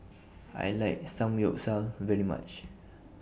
I like Samgyeopsal very much